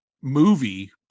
movie